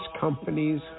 companies